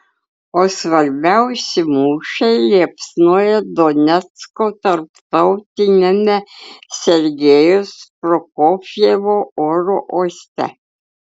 o svarbiausi mūšiai liepsnoja donecko tarptautiniame sergejaus prokofjevo oro uoste